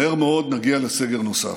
מהר מאוד נגיע לסגר נוסף.